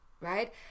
right